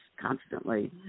constantly